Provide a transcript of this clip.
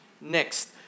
Next